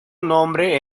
nombre